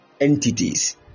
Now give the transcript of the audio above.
entities